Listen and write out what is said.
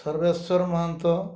Sarbeswar Mahanta